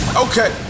okay